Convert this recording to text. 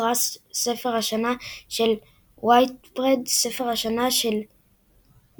פרס ספר השנה של Whitbread, ספר השנה של WHSmith.